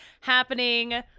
happening